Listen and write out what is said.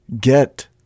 Get